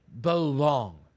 belong